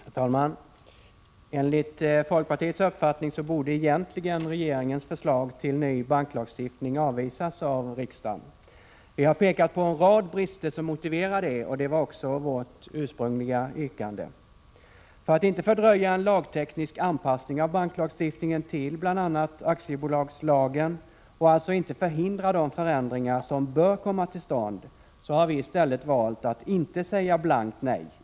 Herr talman! Enligt folkpartiets uppfattning borde regeringens förslag till ny banklagstiftning egentligen avvisas av riksdagen. Vi har pekat på en rad brister som motiverar det, och det var också vårt ursprungliga yrkande. För att inte fördröja en lagteknisk anpassning av banklagstiftningen till bl.a. aktiebolagslagen, och inte förhindra de förändringar som bör komma till stånd, har vi i stället valt att inte säga blankt nej.